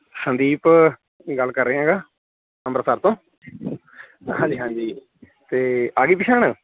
ਸੰਦੀਪ ਗੱਲ ਕਰ ਰਿਹਾ ਹੈਗਾ ਅੰਮ੍ਰਿਤਸਰ ਤੋਂ ਹਾਂਜੀ ਹਾਂਜੀ ਤੇ ਆ ਗਈ ਪਛਾਣ